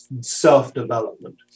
self-development